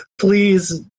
please